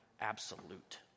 absolute